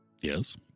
Yes